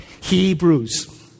Hebrews